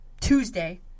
Tuesday